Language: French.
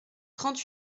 trente